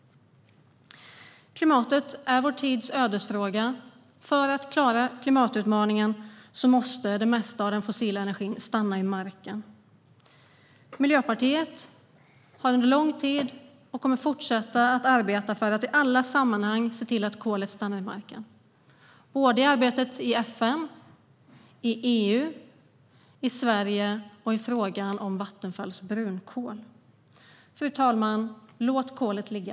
Klimatet är vår tids ödesfråga. För att klara klimatutmaningen måste det mesta av den fossila energin stanna i marken. Miljöpartiet har under lång tid arbetat och kommer att fortsätta arbeta för att i alla sammanhang se till att kolet stannar i marken, såväl i FN och EU som i Sverige - och i fråga om Vattenfalls brunkol. Fru talman! Låt kolet ligga.